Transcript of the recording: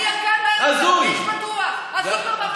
הירקן מעבר לכביש פתוח, הסופרמרקט פתוח.